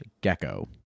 gecko